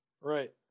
Right